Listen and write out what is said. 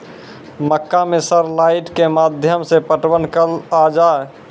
मक्का मैं सर लाइट के माध्यम से पटवन कल आ जाए?